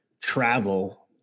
travel